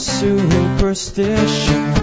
superstition